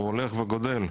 הולך וגודל?